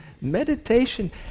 meditation